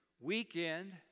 weekend